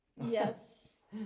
Yes